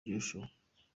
joshua